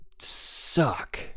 suck